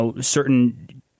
certain